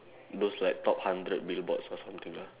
those like top hundred Billboards or something ah